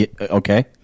Okay